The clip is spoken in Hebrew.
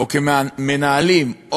או כמנהלים,